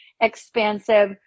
expansive